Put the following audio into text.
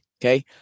okay